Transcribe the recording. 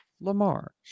Lamar